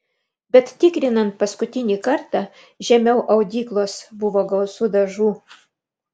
bet tikrinant paskutinį kartą žemiau audyklos buvo gausu dažų